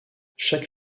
chaque